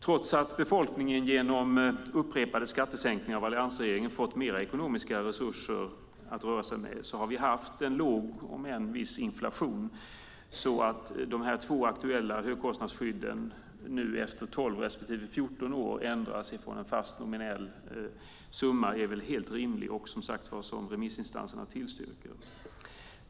Trots att befolkningen genom upprepade skattesänkningar av alliansregeringen har fått mer ekonomiska resurser att röra sig med har vi haft en låg om än viss inflation. Att de här två aktuella högkostnadsskydden nu efter 12 respektive 14 år ändras från en fast nominell summa är väl helt rimligt, och remissinstanserna tillstyrker detta, som sagt.